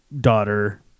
daughter